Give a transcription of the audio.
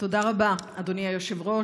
תודה רבה, אדוני היושב-ראש.